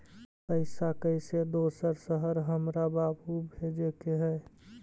पैसा कैसै दोसर शहर हमरा बाबू भेजे के है?